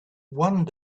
one